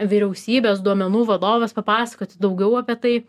vyriausybės duomenų vadovas papasakot daugiau apie tai